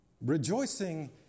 Rejoicing